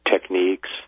techniques